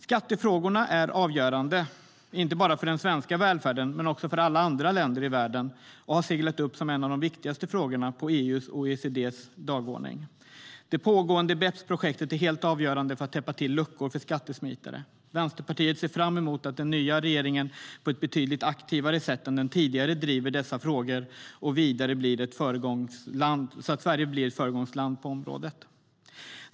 Skattefrågorna är avgörande inte bara för den svenska välfärden utan också för alla andra länder i världen och har seglat upp som en av de viktigaste frågorna på EU:s och OECD:s dagordning. Det pågående BEPS-projektet är helt avgörande för att täppa till luckor för skattesmitare. Vänsterpartiet ser fram emot att den nya regeringen på ett betydligt aktivare sätt än den tidigare driver dessa frågor vidare och blir ett föregångsland på området.